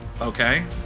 Okay